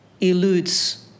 eludes